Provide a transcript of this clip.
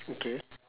okay